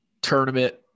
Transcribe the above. tournament